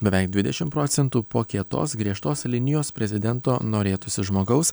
beveik dvidešim procentų po kietos griežtos linijos prezidento norėtųsi žmogaus